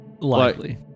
Likely